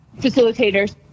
facilitators